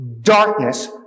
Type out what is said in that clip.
darkness